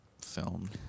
film